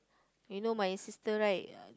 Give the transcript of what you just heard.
you know my sister right